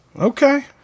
Okay